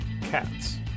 cats